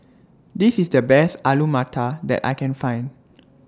This IS The Best Alu Matar that I Can Find